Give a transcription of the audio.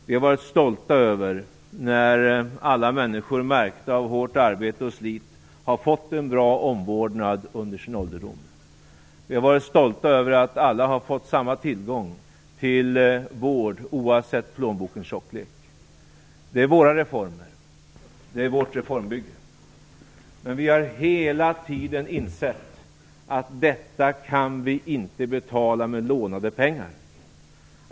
Vi har varit stolta över att alla människor märkta av hårt arbete och slit har fått en bra omvårdnad under sin ålderdom. Vi har varit stolta över att alla har fått samma tillgång till vård, oavsett plånbokens tjocklek. Det är vårt reformbygge. Men vi har hela tiden insett att vi inte kan betala detta med lånade pengar.